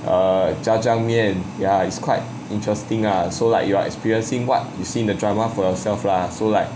err jjajangmyeon ya it's quite interesting ah so like you are experiencing what you've seen in the drama for yourself lah so like